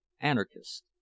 anarchist